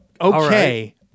Okay